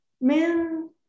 men